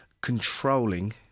controlling